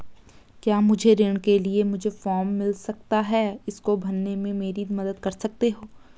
क्या मुझे ऋण के लिए मुझे फार्म मिल सकता है इसको भरने में मेरी मदद कर सकते हो?